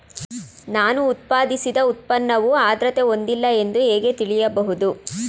ನಾನು ಉತ್ಪಾದಿಸಿದ ಉತ್ಪನ್ನವು ಆದ್ರತೆ ಹೊಂದಿಲ್ಲ ಎಂದು ಹೇಗೆ ತಿಳಿಯಬಹುದು?